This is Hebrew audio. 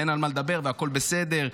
ואין על מה לדבר והכול בסדר.